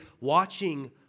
watching